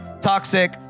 toxic